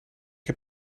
heb